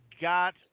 got